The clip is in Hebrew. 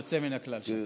יוצא מן הכלל שם.